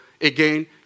again